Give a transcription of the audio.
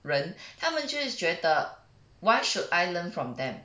人他们就会觉得 why should I learn from them